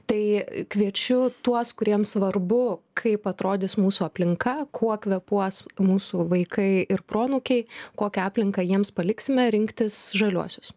tai kviečiu tuos kuriems svarbu kaip atrodys mūsų aplinka kuo kvėpuos mūsų vaikai ir proanūkiai kokią aplinką jiems paliksime rinktis žaliuosius